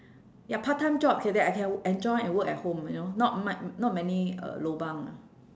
ya part time job ca~ that I can enjoy and work at home you know not mu~ not many uh lobang ah